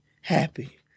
happy